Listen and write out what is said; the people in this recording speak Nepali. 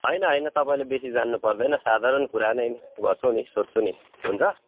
होइन होइन तपाईँले बेसी जान्नुपर्दैन साधारण कुरा नै गर्छु नि सोध्छु नि हुन्छ